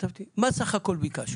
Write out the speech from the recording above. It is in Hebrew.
מה סך הכול ביקשנו?